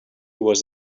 was